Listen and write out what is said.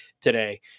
today